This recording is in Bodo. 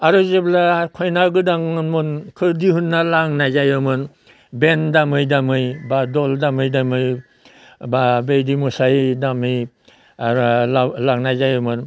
आरो जेब्ला फैनायाव गोदांमोनमोन खैदि होनना लांनाय जायोमोन बेन दामै दामै बा दल दामै दामै बा बेदि मोसायै दामै आरो लांनाय जायोमोन